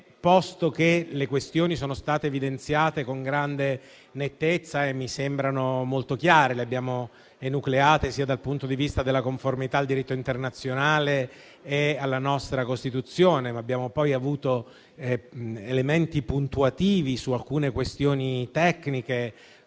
secondo me, le questioni sono state evidenziate con grande nettezza e mi sembrano molto chiare; le abbiamo enucleate dal punto di vista della conformità al diritto internazionale e alla nostra Costituzione, e abbiamo avuto elementi puntuativi su alcune questioni tecniche.